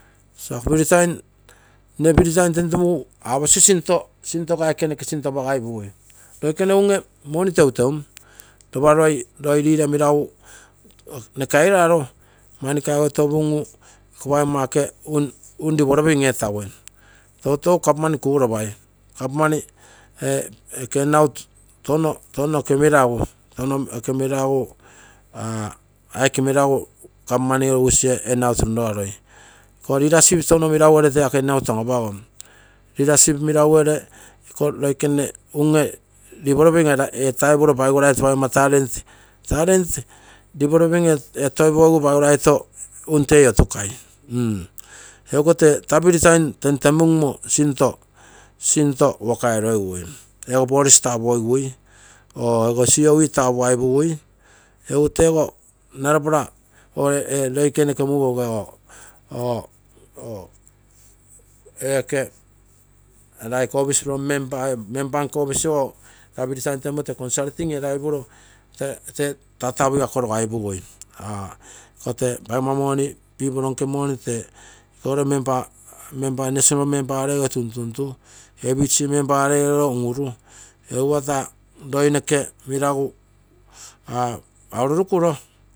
Nne free time tentemugu aposi aike noke intoko noke apagaipusui, loikene unge money teuteum lopa leader meragu noke airaro ako paigomma un developing etagui, toutou government kuropai, government pogomma hanocout tou noke meragu. touno meragu government using etarei, iko leadership touno meraguere toi ako handout an anapagom. leadership meraguere loikene paigo mona talent developing etoipogigu paigoralta unn toi ofukai egu ikotee taa free time tentemungu sinto waka erogigui ego police tapuogigui; or coe tapuaipugui egu teego loikene noke mugouge or ee oke official member, member nke office oso free time tentemungu tee consulting eraipuro taa taapu igako rogaspugui iko tee paigomma money, pipoi nke money tee ikogere member national member erego tuntuntu abg member erego tuntuntu egu lopa taa loilonoke merasu aurorukuio